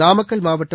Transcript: நாமக்கல் மாவட்டம்